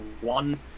one